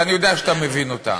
שאני יודע שאתה מבין אותה.